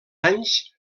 anys